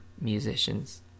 musicians